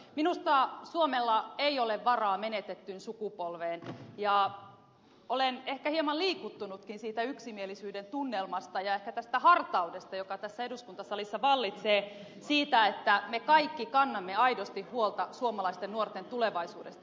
minusta suomella ei ole varaa menetettyyn sukupolveen ja olen ehkä hieman liikuttunutkin siitä yksimielisyyden tunnelmasta ja ehkä tästä hartaudesta joka tässä eduskuntasalissa vallitsee siitä että me kaikki kannamme aidosti huolta suomalaisten nuorten tulevaisuudesta